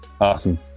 Awesome